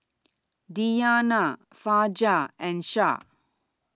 Diyana Fajar and Shah